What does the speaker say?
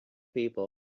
people